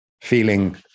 feeling